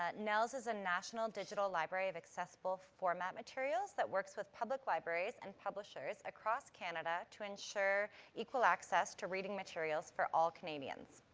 nnels is a national digital library of accessible-format materials that works with public libraries and publishers across canada to ensure equal access to reading materials for all canadians.